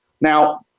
Now